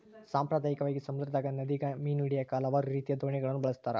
ಸಾಂಪ್ರದಾಯಿಕವಾಗಿ, ಸಮುದ್ರದಗ, ನದಿಗ ಮೀನು ಹಿಡಿಯಾಕ ಹಲವಾರು ರೀತಿಯ ದೋಣಿಗಳನ್ನ ಬಳಸ್ತಾರ